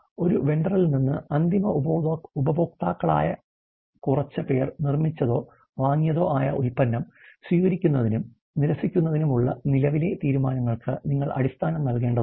ഒരു വെണ്ടറിൽ നിന്ന് അന്തിമ ഉപഭോക്താക്കളായ കുറച്ച് പേർ നിർമ്മിച്ചതോ വാങ്ങിയതോ ആയ ഉൽപ്പന്നം സ്വീകരിക്കുന്നതിനും നിരസിക്കുന്നതിനുമുള്ള നിലവിലെ തീരുമാനങ്ങൾക്ക് നിങ്ങൾ അടിസ്ഥാനം നൽകേണ്ടതുണ്ട്